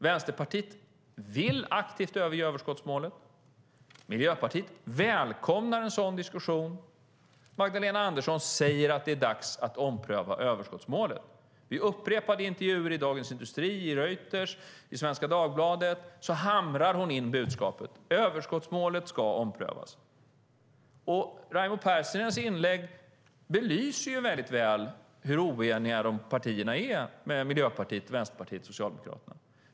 Vänsterpartiet vill aktivt överge överskottsmålet, Miljöpartiet välkomnar en sådan diskussion och Magdalena Andersson säger att det är dags att ompröva överskottsmålet. I upprepade intervjuer i Dagens Industri, Reuters och Svenska Dagbladet hamrar hon in budskapet att överskottsmålet ska omprövas. Raimo Pärssinens inlägg belyser väldigt väl hur oeniga Vänsterpartiet, Miljöpartiet och Socialdemokraterna är.